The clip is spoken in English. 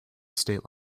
state